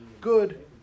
good